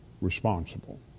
responsible